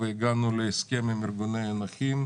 והגענו להסכם עם ארגוני הנכים,